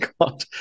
God